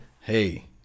hey